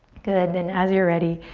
good, then as you're ready,